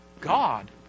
God